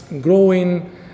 growing